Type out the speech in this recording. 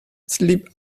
sleep